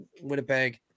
Winnipeg